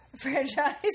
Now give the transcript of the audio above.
Franchise